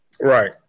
Right